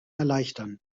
erleichtern